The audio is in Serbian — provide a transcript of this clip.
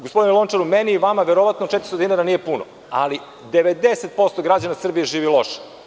Gospodine Lončar, meni i vama verovatno 400 dinara nije puno, ali 90% gađana Srbije živi loše.